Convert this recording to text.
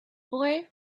boy